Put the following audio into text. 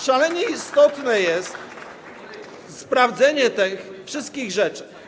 Szalenie istotne jest sprawdzenie tych wszystkich rzeczy.